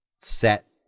set